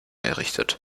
errichtet